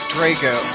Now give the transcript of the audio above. Draco